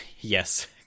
Yes